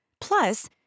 Plus